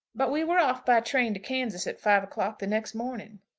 but we were off by train to kansas at five o'clock the next morning.